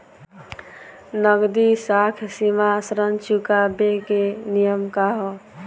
नगदी साख सीमा ऋण चुकावे के नियम का ह?